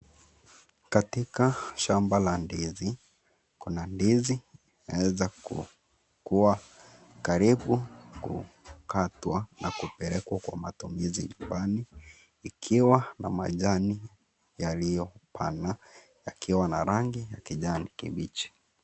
Katika shamba la ndizi imeweza kukukua karibu kukatwa na kupelekwa kwa matumizi nyumbani ikiwa na majani yaliyopana yakiwa na rangi ya kijani kibichi.